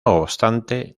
obstante